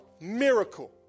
miracle